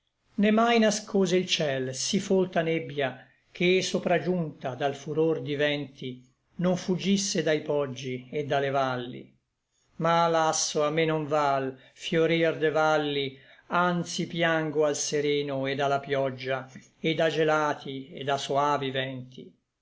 né mai nascose il ciel sí folta nebbia che sopragiunta dal furor d'i vènti non fugisse dai poggi et da le valli ma lasso a me non val fiorir de valli anzi piango al sereno et a la pioggia et a gelati et a soavi vènti